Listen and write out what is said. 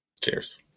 Cheers